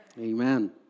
Amen